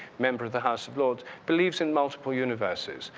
member of the house of lords, believes in multiple universes.